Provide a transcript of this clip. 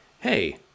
hey